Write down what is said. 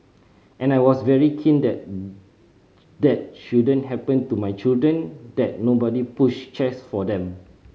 and I was very keen that that shouldn't happen to my children that nobody pushed chairs for them